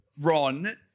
Ron